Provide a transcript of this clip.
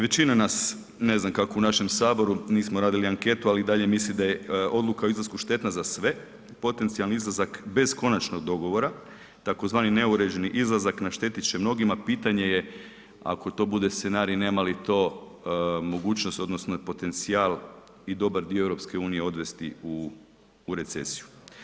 Većina nas, ne znam kako u našem Saboru, nismo radili anketu ali i dalje mislim da je odluka o izlasku štetna za sve, potencijalni izlazak bez konačnog dogovora, tzv. neuređeni izlazak našteti će mnogima, pitanje je ako to bude scenarij nema li to mogućnost, odnosno potencijal i dobar dio EU odvesti u recesiju.